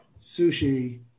sushi